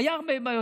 היו הרבה בעיות.